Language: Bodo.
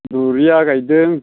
दरिया गायदों